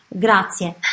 Grazie